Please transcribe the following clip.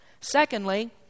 Secondly